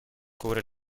cubre